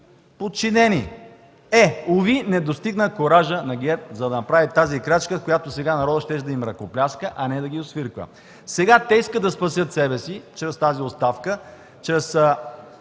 подчинени. Е, уви, не достигна куражът на ГЕРБ да направи тази крачка, за която народът сега щеше да им ръкопляска, а не да ги освирква. Сега те искат да спасят себе си чрез тази оставка, чрез